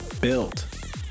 built